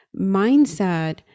mindset